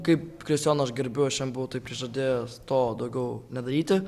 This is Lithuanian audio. kaip kristijoną aš gerbiu aš jam buvau tai prižadėjęs to daugiau nedaryti